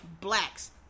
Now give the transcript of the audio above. blacks